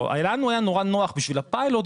לנו היה נורא נוח בשביל הפיילוט,